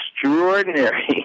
extraordinary